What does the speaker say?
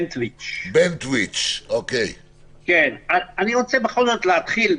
אני רוצה בכל זאת להתחיל,